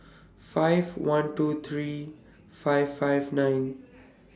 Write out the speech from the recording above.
five one two three five five nine